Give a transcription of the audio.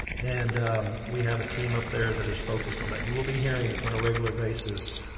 and we have a team up there that is focused on that. you will be hearing on a regular basis,